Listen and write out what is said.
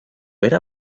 era